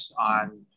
on